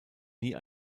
nie